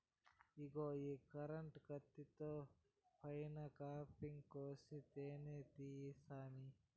ఇగో ఈ కరెంటు కత్తితో పైన కాపింగ్ కోసి తేనే తీయి సామీ